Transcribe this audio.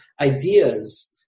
ideas